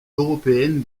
européenne